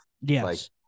Yes